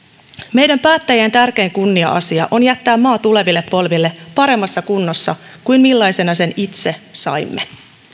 meidän päättäjien tärkein kunnia asia on jättää maa tuleville polville paremmassa kunnossa kuin millaisena sen itse saimme